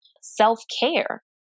self-care